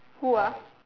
who ah